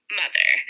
mother